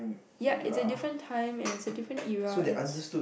ya its a different time and it's a different era its